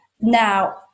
Now